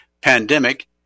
pandemic